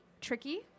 tricky